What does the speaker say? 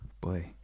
Boy